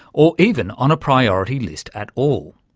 or even on a priority list at all.